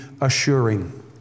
assuring